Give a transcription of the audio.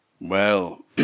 Well